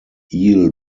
eel